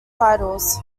titles